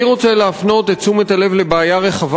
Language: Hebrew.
אני רוצה להפנות את תשומת הלב לבעיה רחבה